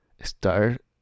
Start